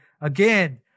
Again